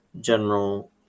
General